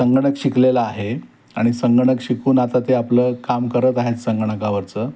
संगणक शिकलेलं आहे आणि संगणक शिकून आता ते आपलं काम करत आहेत संगणकावरचं